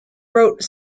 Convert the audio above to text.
wrote